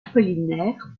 apollinaire